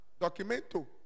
Documento